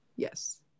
Yes